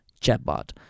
chatbot